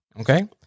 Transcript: okay